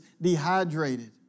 dehydrated